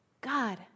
God